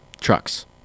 trucks